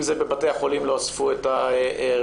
אם זה בבתי החולים לא אספו את הראיות,